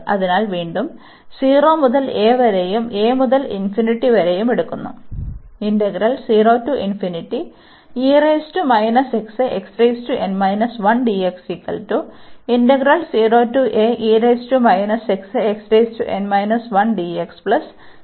അതിനാൽ വീണ്ടും 0 മുതൽ a വരെയും a മുതൽ വരെയും എടുത്തു